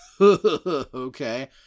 Okay